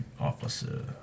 officer